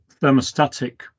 thermostatic